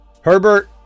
Herbert